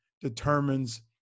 determines